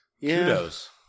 Kudos